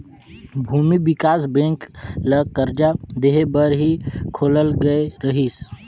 भूमि बिकास बेंक ल करजा देहे बर ही खोलल गये रहीस